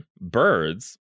birds